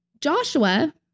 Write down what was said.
Joshua